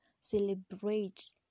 celebrate